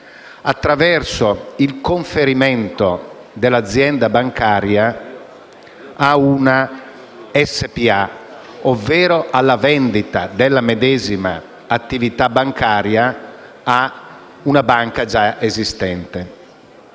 attraverso il conferimento dell'azienda bancaria a una SpA, ovvero la vendita della medesima attività bancaria a una banca già esistente.